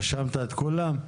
רשמת את כולם?